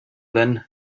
then